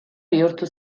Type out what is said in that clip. bihurtu